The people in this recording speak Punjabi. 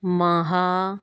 ਮਹਾ